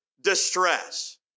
distress